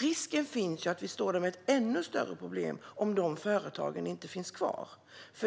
Risken finns att vi står där med ett ännu större problem om dessa företag inte finns kvar.